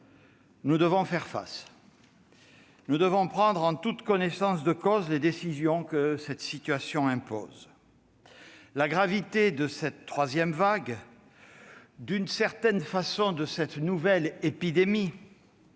nous devons faire face. Nous devons prendre en toute connaissance de cause les décisions que la situation impose. La gravité de cette troisième vague- d'une certaine façon, c'est une nouvelle épidémie